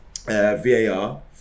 VAR